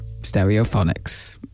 Stereophonics